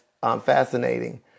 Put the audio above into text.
fascinating